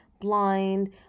blind